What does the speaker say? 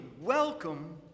welcome